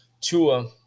Tua